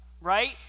right